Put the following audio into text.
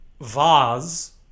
vase